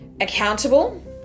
accountable